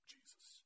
Jesus